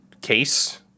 case